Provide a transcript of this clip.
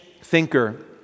thinker